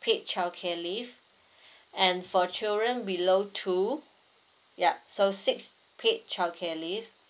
paid childcare leave and for children below two yup so six paid childcare leave